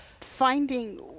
finding